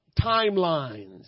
timelines